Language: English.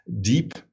deep